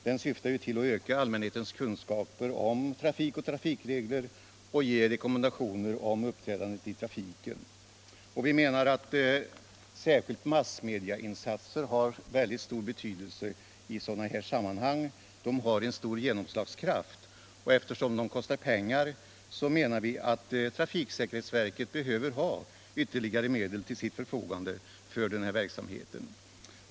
Den syftar till att öka allmänhetens kunskaper om trafik och trafikregler och ge rekommendationer om uppträdandet i trafiken: Vi menar att särskilt massmediainsatser har väldigt stor betydelse i sådana sammanhang — de har stor genomslagskraft. Eftersom de kostar pengar menar vi att trafiksäkerhetsverket behöver ha ytterligare medel till sitt förfogande för den verksamheten.